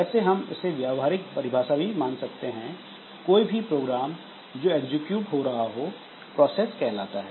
वैसे हम इसे व्यावहारिक परिभाषा भी मान सकते हैं कि कोई भी प्रोग्राम जो एक्जिक्यूट हो रहा हो प्रोसेस कहलाता है